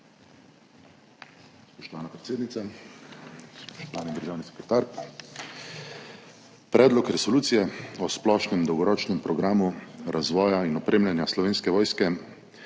Predlog resolucije o splošnem dolgoročnem programu razvoja in opremljanja Slovenske vojske